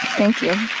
thank you.